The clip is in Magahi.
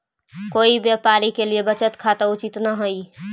कोई व्यापारी के लिए बचत खाता उचित न हइ